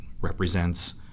represents